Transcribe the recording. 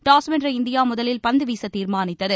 toss வென்ற India முதலில் பந்து வீச தீர்மானித்தது